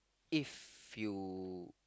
if you